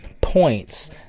points